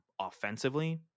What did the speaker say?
offensively